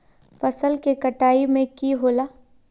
फसल के कटाई में की होला?